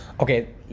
okay